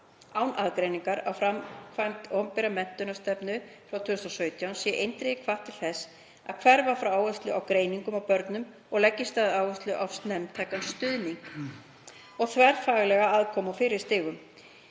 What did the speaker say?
án aðgreiningar á framkvæmd opinberrar menntastefnu frá 2017 sé eindregið hvatt til þess að hverfa frá áherslu á greiningu á börnum og leggja þess í stað áherslu á snemmtækan stuðning og þverfaglega aðkomu á fyrri stigum.